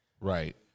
Right